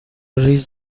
ریز